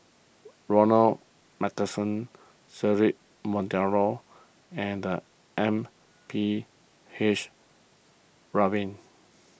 Ronald MacPherson Cedric Monteiro and M P H Rubin